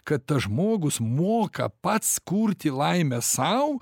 kad tas žmogus moka pats kurti laimę sau